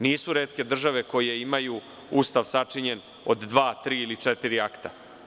Nisu retke države koje imaju ustav sačinjen od dva, tri ili četiri akta.